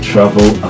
Travel